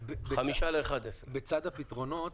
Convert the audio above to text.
בצד הפתרונות,